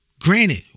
Granted